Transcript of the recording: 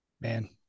Man